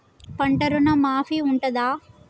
పంట ఋణం మాఫీ ఉంటదా?